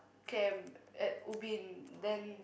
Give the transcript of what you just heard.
camp at Ubin then